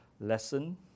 lesson